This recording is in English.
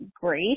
great